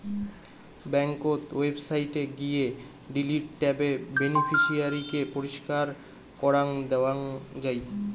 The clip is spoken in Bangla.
ব্যাংকোত ওয়েবসাইটে গিয়ে ডিলিট ট্যাবে বেনিফিশিয়ারি কে পরিষ্কার করাং দেওয়াং যাই